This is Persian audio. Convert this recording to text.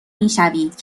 میشوید